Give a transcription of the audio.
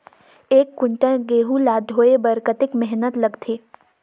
एक कुंटल गहूं ला ढोए बर कतेक मेहनत लगथे?